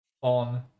on